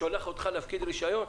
הוא החליט שהוא שולח אותך להפקיד רישיון,